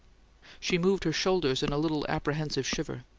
she moved her shoulders in a little apprehensive shiver.